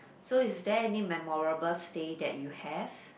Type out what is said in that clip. so is there any memorable stay that you have